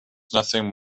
nothing